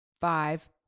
five